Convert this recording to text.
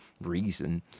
reason